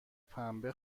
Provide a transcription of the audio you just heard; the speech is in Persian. پنبه